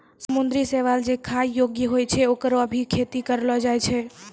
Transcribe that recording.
समुद्री शैवाल जे खाय योग्य होय छै, होकरो भी खेती करलो जाय छै